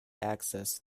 accessed